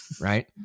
Right